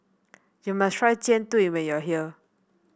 you must try Jian Dui when you are here